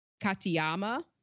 Katayama